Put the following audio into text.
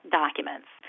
documents